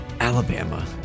Alabama